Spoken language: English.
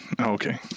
okay